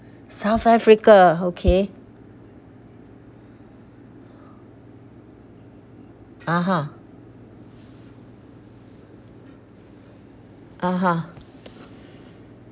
south africa okay (uh huh) (uh huh)